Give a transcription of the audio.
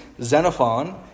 Xenophon